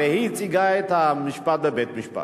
הרי היא הציגה את התביעה בבית-המשפט.